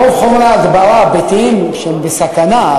רוב חומרי ההדברה הביתיים שהם מסוכנים,